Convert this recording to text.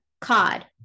cod